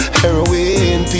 heroin